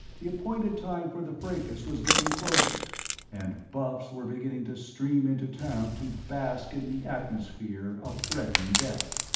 the appointed time for the fracas was getting closer and buffs were beginning to stream into town to bask in the atmosphere of threatened death.